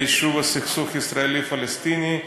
ליישוב הסכסוך הישראלי פלסטיני,